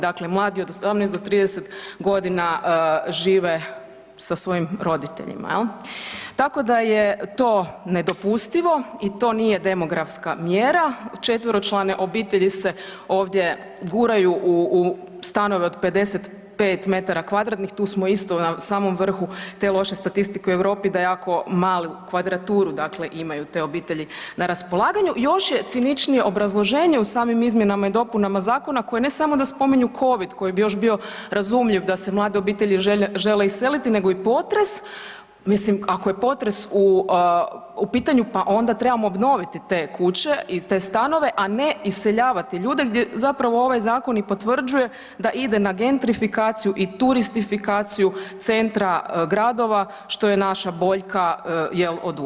Dakle mladi od 18 do 30 g. žive sa svojim roditeljima, jel' Tako da je to nedopustivo i to nije demografska mjera, četveročlane obitelji se ovdje guraju u stanove u 55 m1, tu smo isto na samom vrhu te loše statistike u Europi, da jako malu kvadraturu dakle imaju te obitelji na raspolaganju, još je ciničnije obrazloženje u samim izmjenama i dopunama zakona koje ne samo da spominju COVID koji bi još bio razumljiv da se mlade obitelji žele iseliti nego i potres, mislim ako je potres u pitanju, pa onda trebamo obnoviti te kuće i te stanove a ne iseljavati ljude gdje zapravo ovaj zakon i potvrđuje da ide na gentrifikaciju i turistifikaciju centra gradova što je naša boljka, jel, oduvijek.